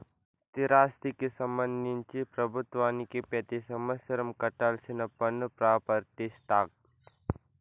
స్థిరాస్తికి సంబంధించి ప్రభుత్వానికి పెతి సంవత్సరం కట్టాల్సిన పన్ను ప్రాపర్టీ టాక్స్